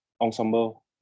ensemble